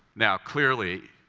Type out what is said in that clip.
now clearly,